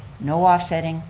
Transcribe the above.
no offsetting,